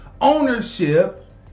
ownership